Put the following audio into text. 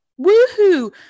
Woohoo